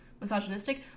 misogynistic